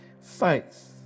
faith